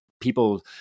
people